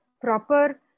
proper